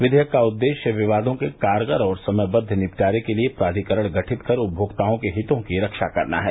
विधेयक का उद्देश्य विवादों के कारगर और समयबद्द निपटारे के लिए प्राधिकरण गठित कर उपमोक्ताओं के हितों की रक्षा करना है